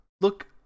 look